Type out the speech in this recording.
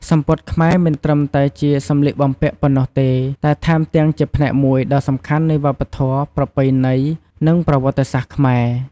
សំពត់ខ្មែរមិនត្រឹមតែជាសំលៀកបំពាក់ប៉ុណ្ណោះទេ តែថែមទាំងជាផ្នែកមួយដ៏សំខាន់នៃវប្បធម៌ ប្រពៃណី និងប្រវត្តិសាស្ត្រខ្មែរ។